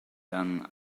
ran